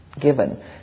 given